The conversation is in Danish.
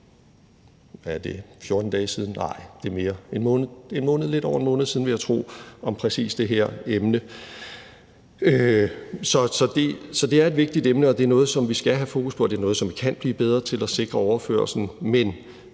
– er det 14 dage siden? Nej, det er lidt over en måned siden, vil jeg tro – om præcis det her emne. Så det er et vigtigt emne, og det er noget, som vi skal have fokus på, og vi kan blive bedre til at sikre overførslen,